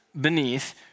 beneath